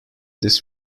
this